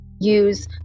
use